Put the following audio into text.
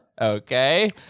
Okay